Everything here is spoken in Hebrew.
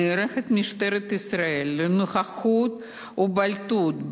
נערכת משטרת ישראל לנוכחות ובולטות,